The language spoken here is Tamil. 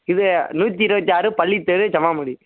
இது நூற்றி இருபத்தி ஆறு பள்ளித் தெரு ஜமாமுனி